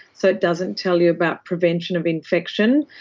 so it doesn't tell you about prevention of infection.